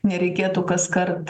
nereikėtų kaskart